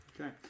Okay